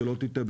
שלא תטעה,